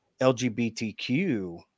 LGBTQ